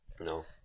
no